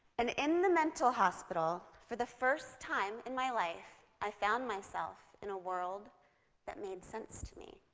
and in the mental hospital, for the first time in my life, i found myself in a world that made sense to me.